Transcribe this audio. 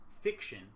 fiction